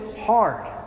hard